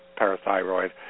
parathyroid